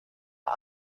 are